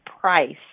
price